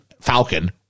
Falcon